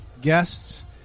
guests